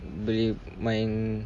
boleh main my